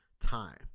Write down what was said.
time